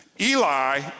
Eli